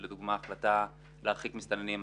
לדוגמה החלטה להרחיק מסתננים,